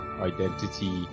identity